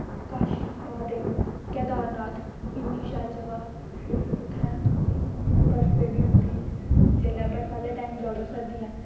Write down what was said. काशी महादेव केदारनाथ इन्नी शैल जगा ऐ उत्थैं बर्फ पेदी होंदी जिसलै बर्फ आह्लै टाईम जाओ तुस सर्दियैं